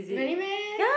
really meh